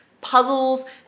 puzzles